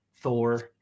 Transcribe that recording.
Thor